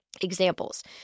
Examples